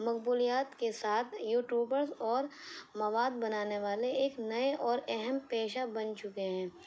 مقبولیات کے ساتھ YouTubers اور مواد بنانے والے ایک نئے اور اہم پیشہ بن چکے ہیں